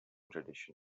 tradition